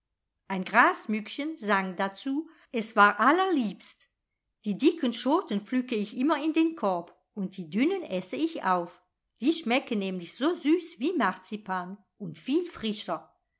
ein grasmückchen sang dazu es war allerliebst die dicken schoten pflücke ich immer in den korb und die dünnen esse ich auf die schmecken nämlich so süß wie marzipan und viel frischer